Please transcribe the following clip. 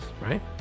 right